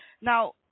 Now